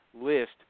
list